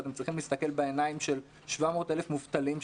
ואתם צריכים להסתכל בעיניים של 700,000 מובטלים,